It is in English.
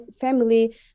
family